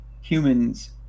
humans